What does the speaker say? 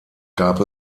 gab